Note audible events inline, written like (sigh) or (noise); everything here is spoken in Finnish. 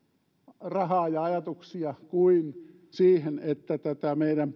rahaa ja ajatuksia kuin siihen että tätä meidän (unintelligible)